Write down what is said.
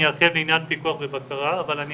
אני ארחיב בעניין פיקוח ובקרה אבל אני